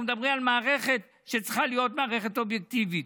מדברים על מערכת שצריכה להיות מערכת אובייקטיבית.